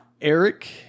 Eric